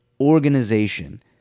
organization